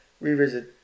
Revisit